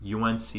UNC